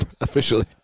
officially